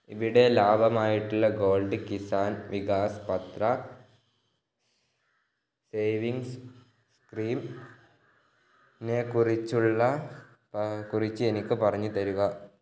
ഇവിടെ ലാഭമായിട്ടുള്ള gold Kisan Vikas Patra savings സ്കീമിനെ കുറിച്ചുള്ള കുറിച്ച് എനിക്ക് പറഞ്ഞുതരുക